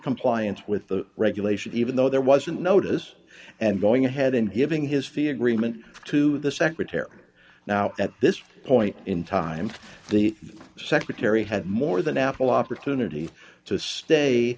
compliance with the regulations even though there wasn't notice and going ahead and giving his fee agreement to the secretary now at this point in time the secretary had more than ample